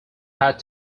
had